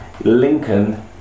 Lincoln